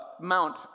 mount